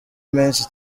menshi